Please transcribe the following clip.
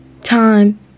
time